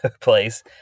place